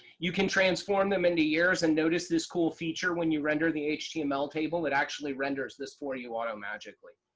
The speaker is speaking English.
you can transform them into years and notice this cool feature when you render the html table, it actually renders this for you auto magically.